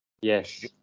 Yes